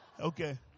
Okay